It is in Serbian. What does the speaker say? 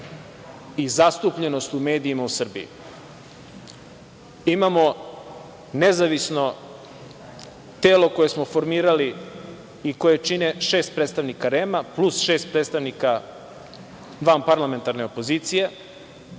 i zastupljenost u medijima u Srbiji. Imamo nezavisno telo koje smo formirali i koje čine šest predstavnika REM-a plus šest predstavnika vanparlamentarne opozicije.